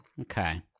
Okay